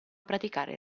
praticare